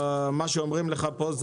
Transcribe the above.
מה שאומרים לך פה,